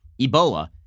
Ebola